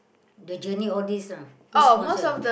the journey all these ah who sponsor